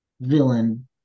villain